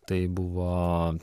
tai buvo